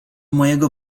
mojego